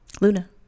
Luna